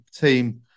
team